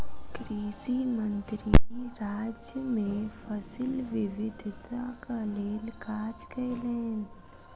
कृषि मंत्री राज्य मे फसिल विविधताक लेल काज कयलैन